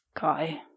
guy